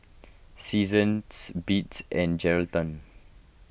Seasons Beats and Geraldton